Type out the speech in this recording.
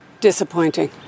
Disappointing